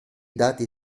dati